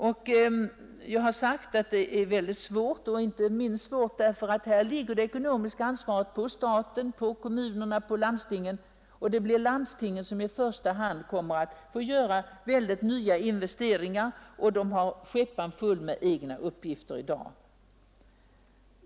Jag har redan sagt att detta är ett oerhört svårt problem, inte minst därför att det ekonomiska ansvaret för vården ligger på stat, kommun och landsting. Det blir i första hand landstingen som måste göra dessa väldiga nya investeringar, men landstingen har i dag skäppan full med uppgifter.